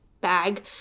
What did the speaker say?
bag